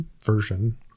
version